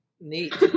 Neat